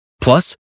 Plus